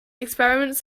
experiments